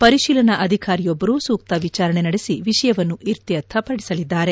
ಪರಿಶೀಲನಾ ಅಧಿಕಾರಿಯೊಬ್ಬರು ಸೂಕ್ತ ವಿಚಾರಣೆ ನಡೆಸಿ ವಿಷಯವನ್ನು ಇತ್ಯರ್ಥಪಡಿಸಲಿದ್ದಾರೆ